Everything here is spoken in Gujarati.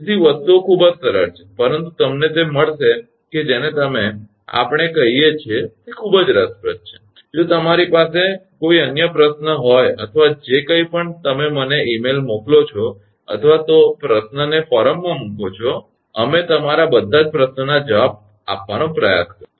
તેથી વસ્તુઓ ખૂબ જ સરળ છે પરંતુ તમને તે મળશે કે જેને આપણે આ કહીએ છીએ તે ખૂબ જ રસપ્રદ છે જો તમારી પાસે કોઈ અન્ય પ્રશ્ન હોય અથવા જે કંઈપણ તમે મને મેઇલ મોકલો છો અથવા તો પ્રશ્નને ફોરમમાં મૂકો છો અમે તમારા બધા જ પ્રશ્નોના જવાબનો પ્રયાસ કરીશું